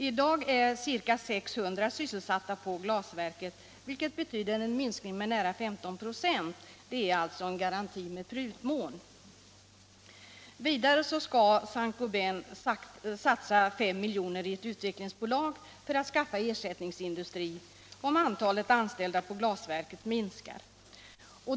I dag är ca 600 sysselsatta på glasverket, vilket betyder en minskning med nära 15 96. Det är alltså en garanti med prutmån. Vidare skall Saint Gobain satsa 5 milj.kr. i ett utvecklingsbolag för att skaffa ersättningsindustri, om antalet anställda på glasverket minskar.